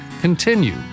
continue